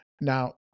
Now